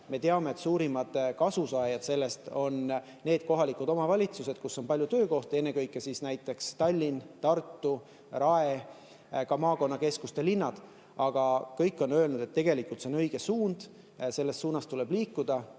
me teame, et suurimad kasusaajad sellest on need kohalikud omavalitsused, kus on palju töökohti, ennekõike näiteks Tallinn, Tartu, Rae vald ja ka maakonnakeskuste linnad. Aga kõik on öelnud, et tegelikult see on õige suund, selles suunas tuleb liikuda